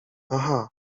aha